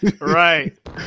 right